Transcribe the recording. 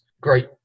great